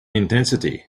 intensity